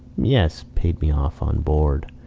yes. paid me off on board,